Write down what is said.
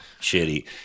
shitty